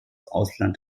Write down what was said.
ausland